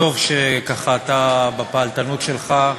וטוב שאתה, בפעלתנות שלך,